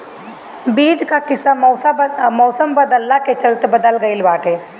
बीज कअ किस्म मौसम बदलला के चलते बदल गइल बाटे